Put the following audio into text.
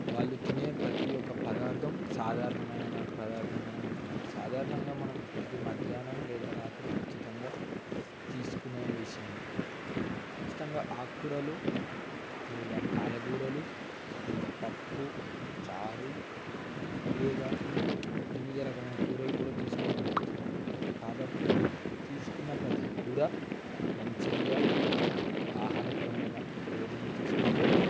వాళ్ళు తినే ప్రతి ఒక్క పదార్థం సాధారణమైన పదార్థంగా ఉంటుంది సాధారణంగా మనం ప్రతి మధ్యాహ్నం లేదా రాత్రి ఖచ్చితంగా తీసుకునే విషయమే ఖచ్చితంగా ఆకుకూరలు లేదా కాయగూరలు లేదా పప్పు చారు లేదా వివిధ రకమైన కూరలు కూడా తీసుకోవడం జరుగుతుంది కాబట్టి తీసుకున్న ప్రతికూర మంచిగా ఆహాకరమైన భోజనం తీసుకుంటే